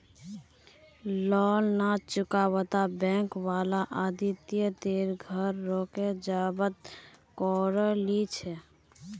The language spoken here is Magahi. लोन ना चुकावाता बैंक वाला आदित्य तेरे घर रोक जब्त करो ली छे